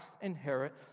inherit